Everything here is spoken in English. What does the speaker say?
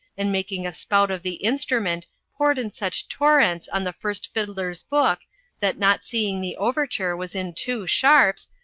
and making a spout of the instrument poured in such torrents on the first fiddler's book that not seeing the overture was in two sharps,